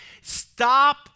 stop